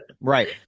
Right